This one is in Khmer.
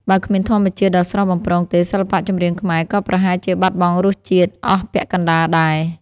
បើគ្មានធម្មជាតិដ៏ស្រស់បំព្រងទេ សិល្បៈចម្រៀងខ្មែរក៏ប្រហែលជាបាត់បង់រសជាតិអស់ពាក់កណ្ដាលដែរ។